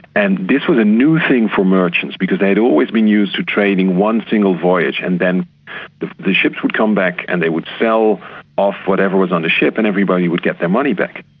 and this was a new thing for merchants, because they'd always been used to trade in one single voyage, and then the the ships would come back and they would sell off whatever was on the ship, and everybody would get their money back.